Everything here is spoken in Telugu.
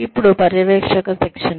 ఇప్పుడు పర్యవేక్షక శిక్షణ